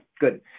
Good